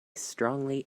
strongly